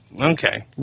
Okay